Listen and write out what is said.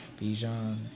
Bijan